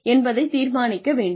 என்பதைத் தீர்மானிக்க வேண்டும்